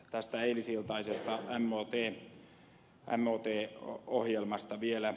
tästä eilisiltaisesta mot ohjelmasta vielä